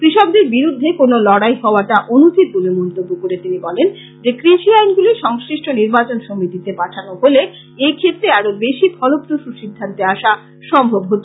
কৃষকদের বিরুদ্ধে কোনো লড়াই হওয়াটা অনুচিত বলে মন্তব্য করে তিনি বলেন যে কৃষি আইন গুলি সংশ্লিষ্ট নির্বাচন সমিতিতে পাঠানো হলে এক্ষেত্রে আরো বেশি ফলপ্রসূ সিদ্ধান্তে আসা সম্ভব হোত